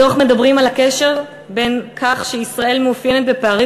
בדוח מדברים על הקשר בין זה שישראל מתאפיינת בפערים